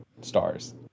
stars